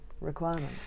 requirements